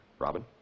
Robin